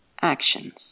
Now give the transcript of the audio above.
actions